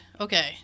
okay